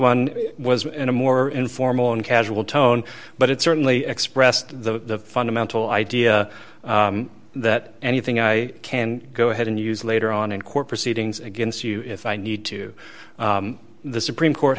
one was in a more informal and casual tone but it certainly expressed the fundamental idea that anything i can go ahead and use later on in court proceedings against you if i need to the supreme court